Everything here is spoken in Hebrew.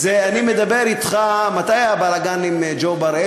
אני מדבר אתך, מתי הבלגן עם ג'ו בראל?